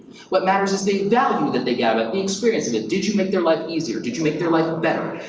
what matters is they value that they got it, the experience of it. did you make their life easier? did you make their life better?